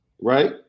right